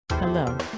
Hello